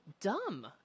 dumb